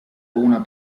una